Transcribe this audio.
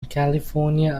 california